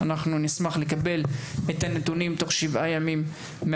להעביר אל הוועדה את הנתונים תוך שבעה ימים.